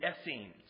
Essenes